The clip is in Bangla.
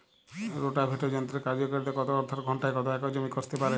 রোটাভেটর যন্ত্রের কার্যকারিতা কত অর্থাৎ ঘণ্টায় কত একর জমি কষতে পারে?